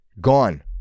gone